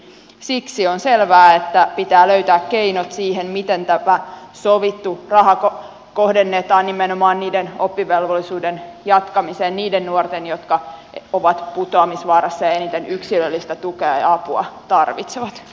siksi on selvää että pitää löytää keinot siihen miten tämä sovittu raha kohdennetaan nimenomaan niiden nuorten oppivelvollisuuden jatkamiseen jotka ovat putoamisvaarassa ja eniten yksilöllistä tukea ja apua tarvitsevat